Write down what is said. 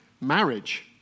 marriage